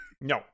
No